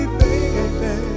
baby